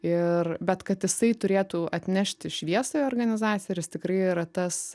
ir bet kad jisai turėtų atnešti šviesą į organizaciją ir jis tikrai yra tas